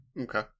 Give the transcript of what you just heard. Okay